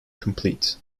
complete